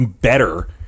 better